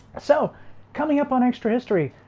so coming up on extra history.